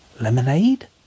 Lemonade